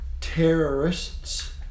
terrorists